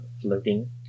floating